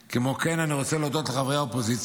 כמו כן, אני רוצה להודות לחברי האופוזיציה